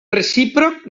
recíproc